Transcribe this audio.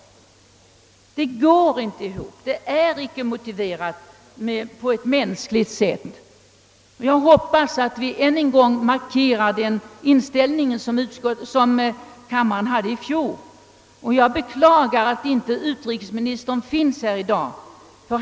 Detta går icke ihop; det är icke motiverat på ett mänskligt sätt! Jag hoppas att kammaren än en gång skall markera den inställning till frågan som kammaren gjorde i fjol, och jag beklagar att inte utrikesministern är närvarande här.